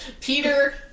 Peter